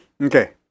Okay